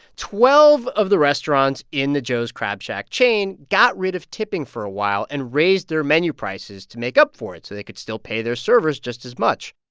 twelve of the restaurants in the joe's crab shack chain got rid of tipping for a while and raised their menu prices to make up for it so they could still pay their servers just as much.